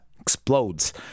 Explodes